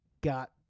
got